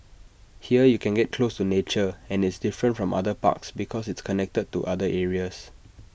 here you can get close to nature and it's different from other parks because it's connected to other areas